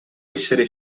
essere